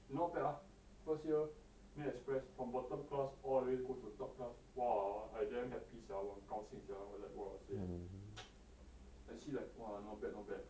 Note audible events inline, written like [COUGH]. you not bad ah first year in express from bottom class all the way go to top class !wah! I damn happy sia 我很高兴 sia then like !wah! [NOISE] I see like !wah! not bad not bad